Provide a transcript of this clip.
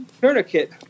tourniquet